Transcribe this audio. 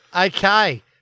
Okay